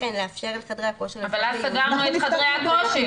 לכן לאפשר לחדרי הכושר --- אבל אז סגרנו את חדרי הכושר.